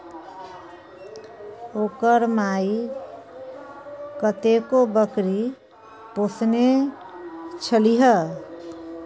ओकर माइ कतेको बकरी पोसने छलीह